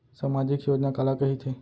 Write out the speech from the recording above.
सामाजिक योजना काला कहिथे?